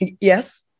Yes